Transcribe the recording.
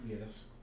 Yes